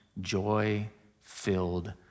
joy-filled